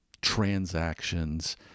transactions